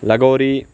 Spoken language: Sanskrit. लगोरी